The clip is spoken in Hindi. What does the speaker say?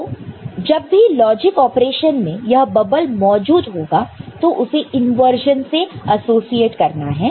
तो जभी भी लॉजिक ऑपरेशन में यह बबल मौजूद होगा तो उसे इंवर्जन से एसोसिएट करना है